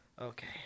okay